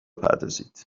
بپردازید